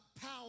power